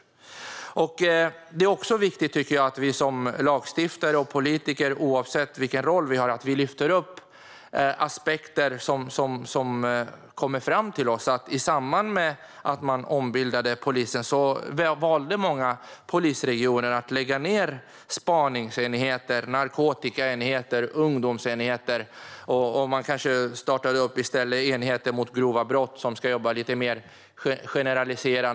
Det är också viktigt att vi som politiker och lagstiftare lyfter upp aspekter som kommer fram till oss. I samband med att polisen ombildades valde många polisregioner att lägga ned spaningsenheter, narkotikaenheter och ungdomsenheter. Kanske startade man i stället enheter mot grova brott som skulle jobba lite mer generellt.